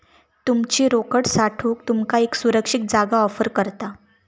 तुमची रोकड साठवूक तुमका एक सुरक्षित जागा ऑफर करता